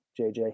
JJ